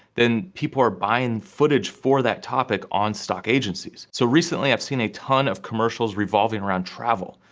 then, people are buying footage for that topic on stock agencies. so recently i've seen a ton of commercials revolving around travel.